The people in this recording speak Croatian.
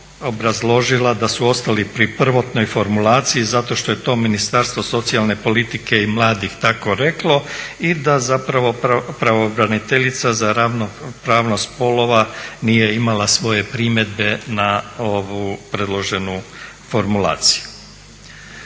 obrazložila da su ostali pri prvotnoj formulaciji zato što je to Ministarstvo socijalne politike i mladih tako reklo i da zapravo pravobraniteljica za ravnopravnost spolova nije imala svoje primjedbe na ovu predloženu formulaciju.